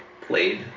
played